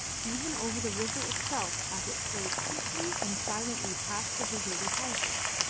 even over the river itself as it flowed swiftly and silently past the deserted houses.